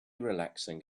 relaxing